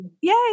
Yay